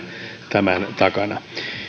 tämän takana